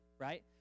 right